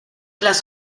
las